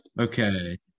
Okay